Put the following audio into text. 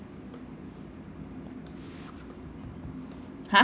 !huh!